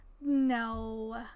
No